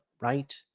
right